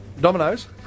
Dominoes